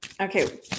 okay